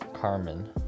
Carmen